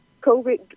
COVID